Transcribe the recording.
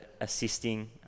assisting